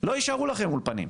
לא יישארו לכם אולפנים.